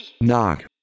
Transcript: Knock